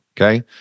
okay